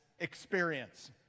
experience